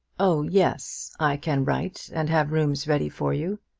oh yes. i can write and have rooms ready for you.